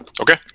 Okay